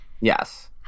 yes